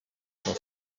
for